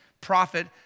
prophet